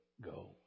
go